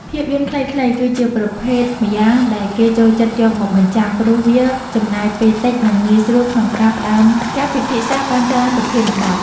ភាពយន្តខ្លីៗ គឺជាប្រភេទម្យ៉ាងដែលគេចូលចិត្តយកមកបញ្ចាំង ព្រោះវាចំណាយពេលតិច និងងាយស្រួលក្នុងការផ្ដើមការពិភាក្សាបានច្រើនប្រធានបទ។